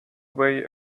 way